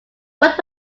what